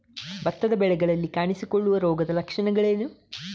ಭತ್ತದ ಬೆಳೆಗಳಲ್ಲಿ ಕಾಣಿಸಿಕೊಳ್ಳುವ ರೋಗದ ಲಕ್ಷಣಗಳೇನು?